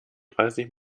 dreißig